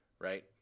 right